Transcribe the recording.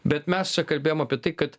bet mes čia kalbėjom apie tai kad